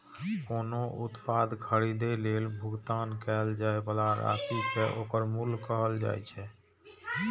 कोनो उत्पाद खरीदै लेल भुगतान कैल जाइ बला राशि कें ओकर मूल्य कहल जाइ छै